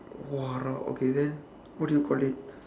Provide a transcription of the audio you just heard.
!walau! okay then what do you call it